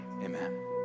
amen